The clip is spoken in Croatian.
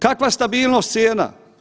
Kakva stabilnost cijena?